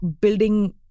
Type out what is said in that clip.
building